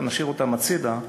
אבל נשאיר אותם הצדה,